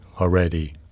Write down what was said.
already